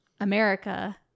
America